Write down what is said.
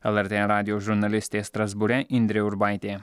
lrt radijo žurnalistė strasbūre indrė urbaitė